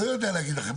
לא יודע להגיד לכם,